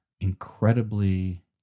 incredibly